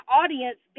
audience